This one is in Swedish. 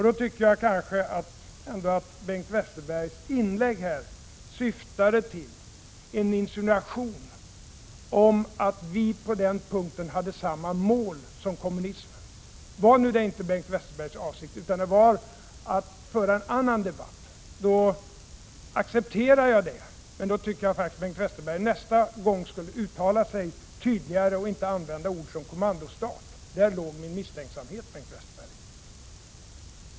Då tycker jag att Bengt Westerbergs inlägg syftade till en insinuation om att vi på den punkten hade samma mål som kommunismen. Om Bengt Westerbergs avsikt inte var denna utan att föra en annan debatt, då accepterar jag det. Men jag tycker att Bengt Westerberg nästa gång då skulle uttala sig tydligare och inte använda ord som ”kommandostat”. Där låg min misstänksamhet, Bengt Westerberg.